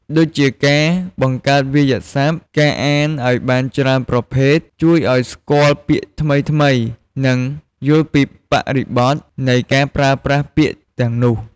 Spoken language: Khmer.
ដូចជាការ បង្កើនវាក្យសព្ទ ការអានឱ្យបានច្រើនប្រភេទ ជួយឱ្យស្គាល់ពាក្យថ្មីៗ និងយល់ពីបរិបទនៃការប្រើប្រាស់ពាក្យទាំងនោះ។